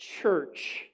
church